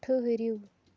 ٹھٔہرِو